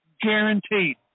Guaranteed